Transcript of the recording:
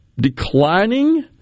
declining